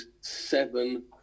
seven